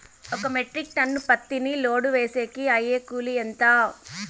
ఒక metric ton పత్తిని load వేసేకి అయ్యే కూలి ఎంత?